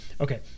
Okay